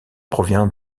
provient